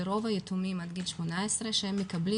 זה רוב היתומים עד גיל 18 שהם מקבלים